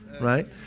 Right